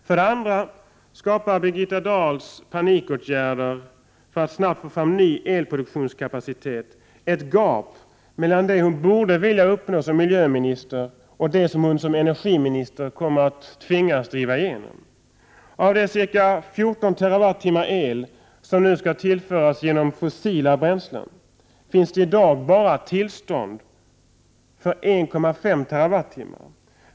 För det andra skapar Birgitta Dahls panikåtgärder för att snabbt få fram ny elproduktionskapacitet ett gap mellan det hon borde vilja uppnå som miljöminister och det som hon som energiminister kommer att tvingas driva igenom. Av de ca 14 TWh el som nu skall tillföras genom fossila bränslen, finns det i dag bara tillstånd för 1,5 TWh.